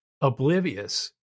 oblivious